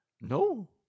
No